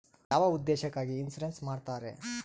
ಯಾವ ಉದ್ದೇಶಕ್ಕಾಗಿ ಇನ್ಸುರೆನ್ಸ್ ಮಾಡ್ತಾರೆ?